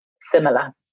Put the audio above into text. similar